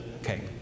Okay